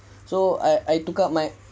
so I I took up my